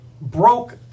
broke